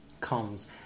comes